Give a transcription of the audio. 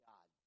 God